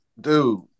dude